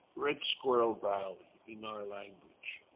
red squirrel valley in our language.